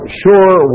sure